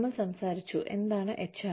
നമ്മൾ സംസാരിച്ചു എന്താണ് HRM